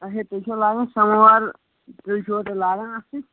اچھا تُہۍ چھِوٕ لاگَان سۄنوار تُہۍ چھِوٕ تِلہٕ لاگَان اَتھٕ سۭتۍ